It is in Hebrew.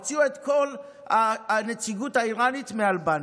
והוציאו את כל הנציגות האיראנית מאלבניה.